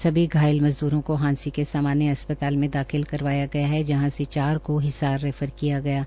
सभी घायल मजदूरों को हांसी के सामान्य अस्पताल में दाखिल करवाया गया है जहां से चार को हिसार रैफर किया गया है